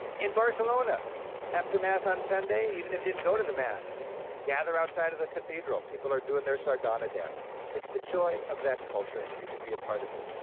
in barcelona after mass on sunday, even if you didn't go to the mass, gather outside of the cathedral, people are doing their sardana dance. it's the joy of that culture, and you can be a part of it.